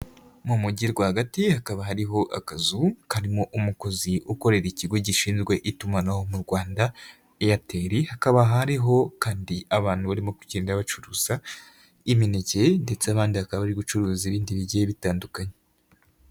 Mu mujyi rwagati hakaba hariho akazu, karimo umukozi ukorera ikigo gishinzwe itumanaho mu Rwanda Airtel, hakaba hariho kandi abantu barimo kugenda bacuruza imineke ndetse abandi bakaba bari gucuruza ibindi bigiye bitandukanye.